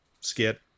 skit